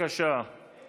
יש